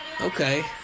Okay